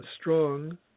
strong